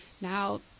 now